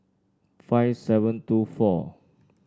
five seven two four